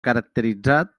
caracteritzat